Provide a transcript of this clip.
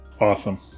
Awesome